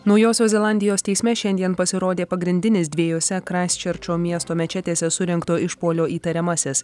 naujosios zelandijos teisme šiandien pasirodė pagrindinis dviejose kraisčerčo miesto mečetėse surengto išpuolio įtariamasis